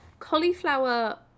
cauliflower